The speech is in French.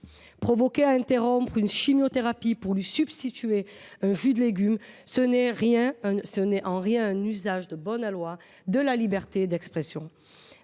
Provoquer à interrompre une chimiothérapie pour lui substituer un jus de légume, ce n’est en rien un usage de bon aloi de la liberté d’expression !